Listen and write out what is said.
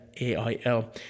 AIL